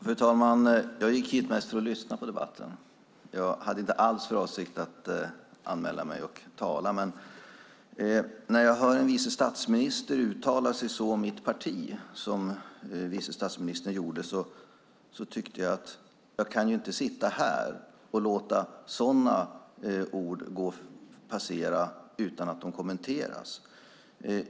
Fru talman! Jag gick hit mest för att lyssna på debatten - jag hade inte alls för avsikt att anmäla mig för att tala. Men när jag hör en vice statsminister uttala sig om mitt parti så som vice statsministern gjorde tycker jag att jag inte kan sitta här och låta sådana ord passera utan att kommenteras.